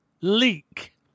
leak